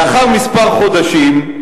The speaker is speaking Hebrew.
לאחר כמה חודשים,